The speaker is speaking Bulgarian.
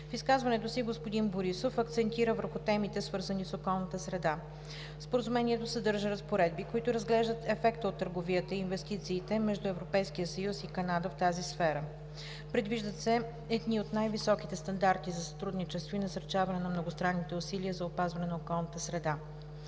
В изказването си господин Борисов акцентира върху темите, свързани с околната среда. Споразумението съдържа разпоредби, които разглеждат ефекта от търговията и инвестициите между Европейския съюз и Канада в тази сфера. Предвиждат се едни от най-високите стандарти за сътрудничество и насърчаване на многостранните усилия за опазване на околната среда.